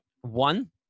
One